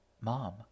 Mom